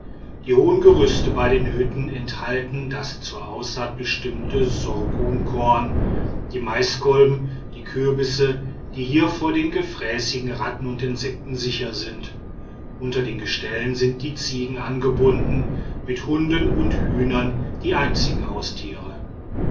die hohen gerüste bei den hütten enthalten das zur aussaat bestimmte sorghumkorn die maiskolben die kürbisse die hier vor den gefräßigen ratten und insekten sicher sind unter den gestellen sind die ziegen angebunden mit hunden und hühnern die einzigen haustiere